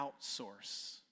outsource